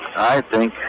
i think